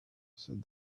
said